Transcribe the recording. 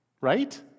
Right